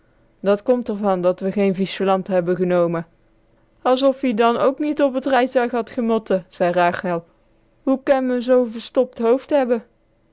dat komt r van dat we geen viesjelant hebbe genome asof ie dan ook niet op t rijtuig had gemotte zei rachel hoe ken me zoo'n verstopt hoofd hebbe